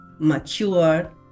mature